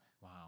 Wow